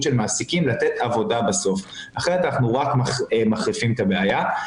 של מעסיקים לתת עבודה בסוף אחרת אנחנו רק מחריפים את הבעיה.